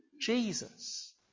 Jesus